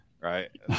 right